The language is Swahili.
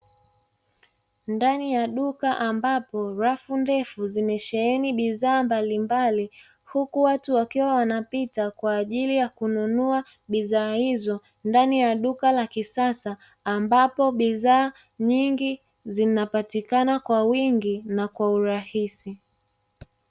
Ndani ya duka ambapo rafu ndefu zimesheheni bidhaa mbalimbali, huku watu wakiwa wanapita kwa ajili ya kununua bidhaa hizo ndani ya duka la kisasa, ambapo bidhaa nyingi zinapatikana kwa wingi na kwa urahisi.